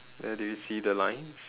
where do you see the lines